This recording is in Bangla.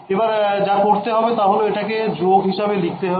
এবার যা করতে হবে তা হল এটাকে যোগ হিসেবে লিখতে হবে